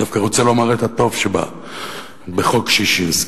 אני דווקא רוצה לומר את הטוב שבחוק ששינסקי.